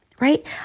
right